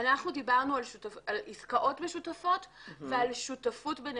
אנחנו דיברנו על עסקאות משותפות ועל שותפות בנכסים.